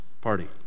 party